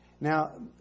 Now